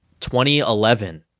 2011